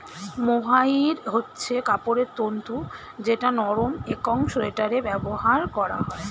mohair হচ্ছে কাপড়ের তন্তু যেটা নরম একং সোয়াটারে ব্যবহার করা হয়